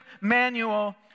manual